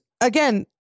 again